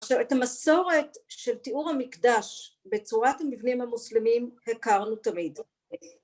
עכשיו את המסורת של תיאור המקדש בצורת המבנים המוסלמים הכרנו תמיד